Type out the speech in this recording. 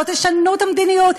לא תשנו את המדיניות,